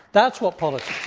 that's what politics